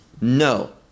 no